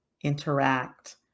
interact